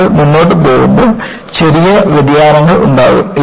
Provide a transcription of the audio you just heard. നമ്മൾ മുന്നോട്ട് പോകുമ്പോൾ ചില ചെറിയ വ്യതിയാനങ്ങൾ ഉണ്ടാകും